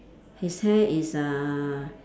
his hair is uh